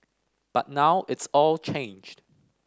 but now it's all changed